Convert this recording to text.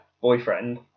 boyfriend